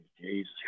Jesus